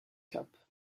cup